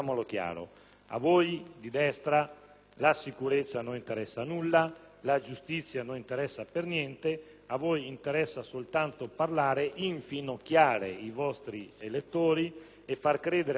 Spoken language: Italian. a voi di destra della sicurezza e della giustizia non vi interessa nulla; a voi interessa soltanto parlare, infinocchiare i vostri elettori e far credere al Paese